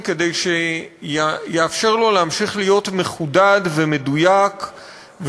שיאפשרו לו להמשיך להיות מחודד ומדויק,